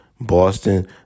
Boston